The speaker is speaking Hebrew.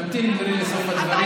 תמתיני, גברתי, לסוף הדברים.